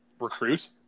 recruit